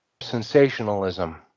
Sensationalism